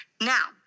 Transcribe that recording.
Now